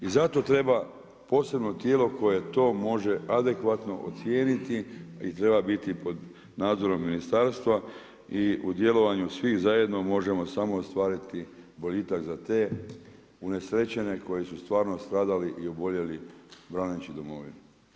I zato treba posebno tijelo koje to može adekvatno ocijeniti i treba biti pod nadzorom ministarstva i u djelovanju svih zajedno možemo samo ostvariti boljitak za te unesrećene koji su stvarno stradali i oboljeli braneći Domovinu.